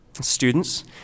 Students